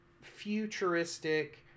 futuristic